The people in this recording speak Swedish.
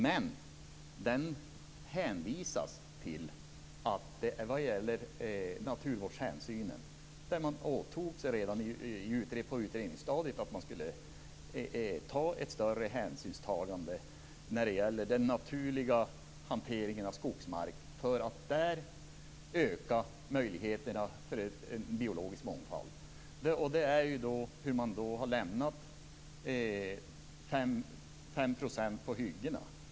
Men den hänförs till att man redan på utredningsstadiet åtog sig att ta större hänsyn till den naturliga hanteringen av skogsmark för att på det sättet öka möjligheterna till en biologisk mångfald. Man har lämnat 5 % av hyggena.